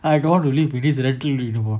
I don't want to live in this rental anymore